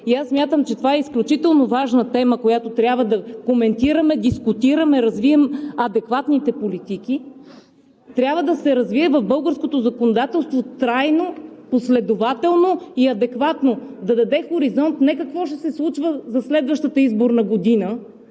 и смятам, че това е изключително важна тема, която трябва да коментираме, дискутираме, да развием адекватните политики, трябва да се развие в българското законодателство трайно, последователно и адекватно. Да даде хоризонт не какво ще се случва за следващата изборна година,